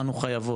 אנו חייבות,